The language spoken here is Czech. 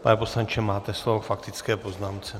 Pane poslanče, máte slovo k faktické poznámce.